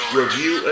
review